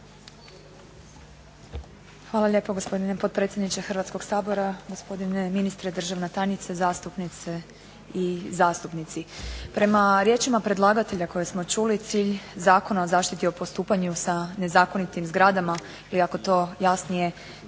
Hvala lijepo gospodine potpredsjedniče Hrvatskog sabora, gospodine ministre, državna tajnice, zastupnice i zastupnici. Prema riječima predlagatelja koje smo čuli cilj Zakona o zaštiti o postupanju sa nezakonitim zgradama ili kako to jasnije